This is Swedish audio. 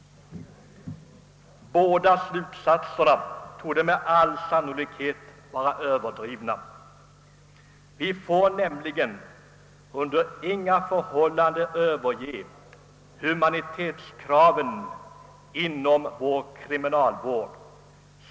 Båda slutsatserna torde med all sannolikhet vara överdrivna. Vi får nämligen under inga förhållanden överge kravet på humanitet inom vår kriminalvård.